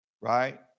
right